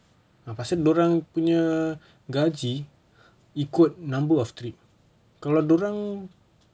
lepas itu dia orang punya gaji ikut number of trip kalau dia orang